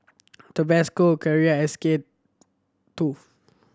Tabasco Carrera S K Two